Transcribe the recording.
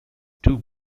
two